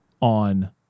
on